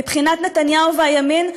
מבחינת נתניהו והימין.